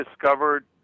discovered